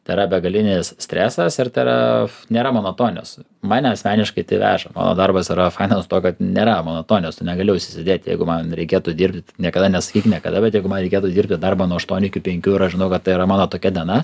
tai yra begalinis stresas ir tai yra nėra monotonijos mane asmeniškai tai veža mano darbas yra fainas tuo kad nėra monotonijos tu negali užsisėdėt jeigu man reikėtų dirbti niekada nesakyk niekada bet jeigu man reikėtų dirbti darbą nuo aštuonių iki penkių ir aš žinau kad tai yra mano tokia diena